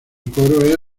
coro